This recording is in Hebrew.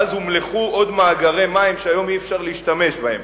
ואז הומלחו עוד מאגרי מים שהיום אי-אפשר להשתמש בהם.